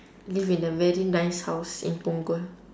live in a very nice house in punggol